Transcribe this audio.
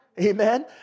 Amen